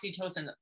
oxytocin